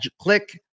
click